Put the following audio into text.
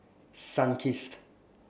Sunkist